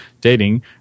dating